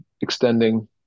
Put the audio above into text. extending